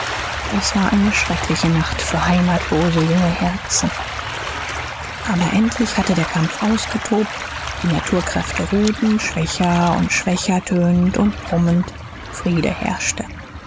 es war eine schreckliche nacht für heimatlose junge herzen aber endlich hatte der kampf ausgetobt die naturkräfte ruhten schwächer und schwächer tönend und brummend friede herrschte